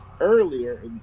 earlier